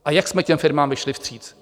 A jak jsme těm firmám vyšli vstříc?